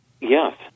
Yes